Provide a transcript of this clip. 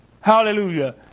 hallelujah